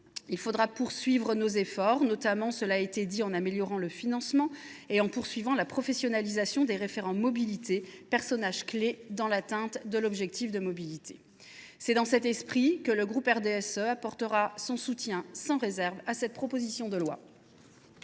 Il faudra poursuivre les efforts, notamment – je le souligne à mon tour – en améliorant le financement et en poursuivant la professionnalisation des référents mobilité, personnages clés pour atteindre l’objectif de mobilité. Dans cet esprit, les élus du RDSE apporteront un soutien sans réserve à cette proposition de loi.